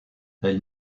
elle